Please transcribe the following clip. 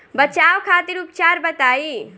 बचाव खातिर उपचार बताई?